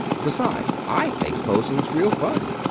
besides, i think posing's real fun.